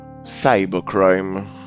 cybercrime